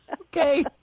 Okay